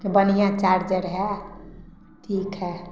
अहाँके बढ़िऑं चार्जर है ठीक है